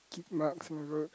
kid mart